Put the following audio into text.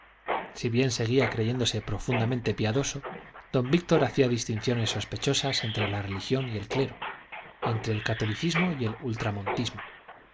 si bien seguía creyéndose profundamente piadoso don víctor hacía distinciones sospechosas entre la religión y el clero entre el catolicismo y el